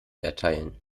erteilen